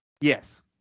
Yes